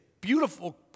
beautiful